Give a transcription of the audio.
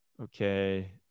okay